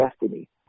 destiny